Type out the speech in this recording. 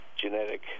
genetic